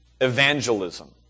evangelism